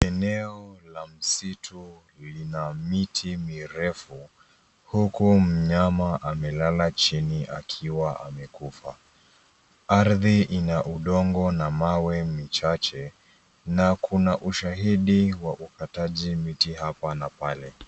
Eneo la msitu lina miti mirefu huku mnyama amelala chini akiwa amekufa. Ardhi ina udongo na mawe michache, na kuna ushahidi wa ukataji miti hapa na pale.